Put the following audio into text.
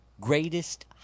greatest